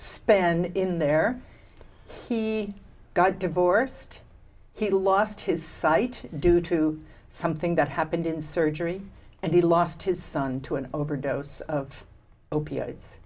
span in there he got divorced he lost his sight due to something that happened in surgery and he lost his son to an overdose of opi